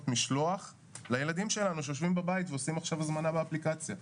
משלוח לילדים שלנו שיושבים בבית ועושים עכשיו הזמנה באפליקציה.